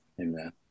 Amen